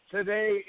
Today